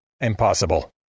Impossible